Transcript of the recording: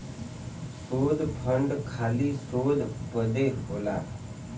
शोध फंड खाली शोध बदे होला